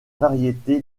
variété